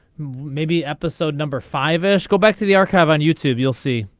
maybe episode number five s. go back to the archive on youtube you'll see.